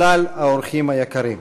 כלל האורחים היקרים,